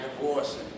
divorce